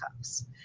cups